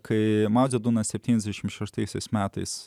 kai mao dze dunas septyniasdešimt šeštaisiais metais